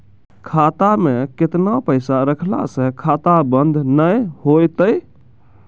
खाता मे केतना पैसा रखला से खाता बंद नैय होय तै?